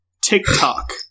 TikTok